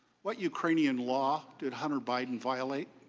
what ukrainian law did hunter biden violate?